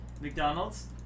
McDonald's